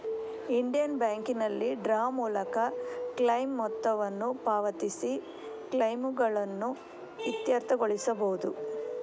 Indian ಬ್ಯಾಂಕಿನಲ್ಲಿ draw ಮೂಲಕ claim ಮೊತ್ತವನ್ನು ಪಾವತಿಸಿ ಕ್ಲೈಮುಗಳನ್ನು ಇತ್ಯರ್ಥಗೊಳಿಸಬಹುದು